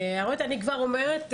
אני כבר אומרת,